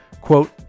Quote